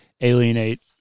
alienate